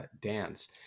dance